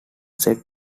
sets